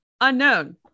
Unknown